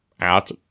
out